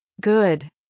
Good